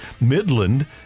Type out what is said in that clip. Midland